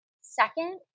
Second